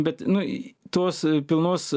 bet nu tos pilnos